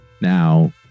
Now